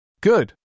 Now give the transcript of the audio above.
Good